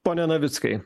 pone navickai